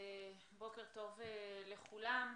בוקר טוב לכולם,